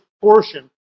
portion